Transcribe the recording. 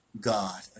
God